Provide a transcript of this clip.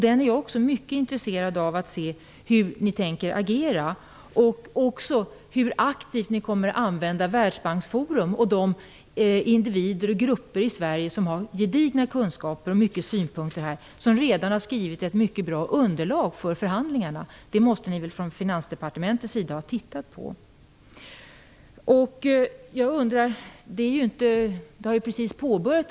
Jag är också mycket intresserad av att se hur ni tänker agera och hur aktivt ni kommer att använda Världsbanksforum och de individer och grupper i Sverige som har gedigna kunskaper och mycket synpunkter och som redan har skrivit ett mycket bra underlag för förhandlingarna. Det måste ni från Finansdepartementets sida ha titta på! Förhandlingarna har precis påbörjats.